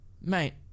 mate